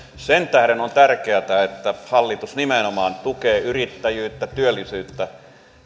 sen tähden on tärkeätä että hallitus nimenomaan tukee yrittäjyyttä työllisyyttä